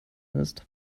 ist